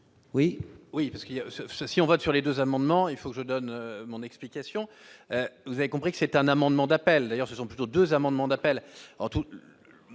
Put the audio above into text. oui, parce qu'il y a, si on vote sur les 2 amendements, il faut que je donne mon explication, vous avez compris que c'était un amendement d'appel d'ailleurs, ce sont plutôt 2 amendements d'appel